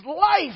life